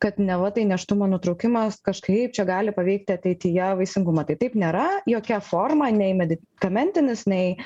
kad neva tai nėštumo nutraukimas kažkaip čia gali paveikti ateityje vaisingumą tai taip nėra jokia forma nei medikamentinis nei